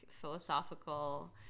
philosophical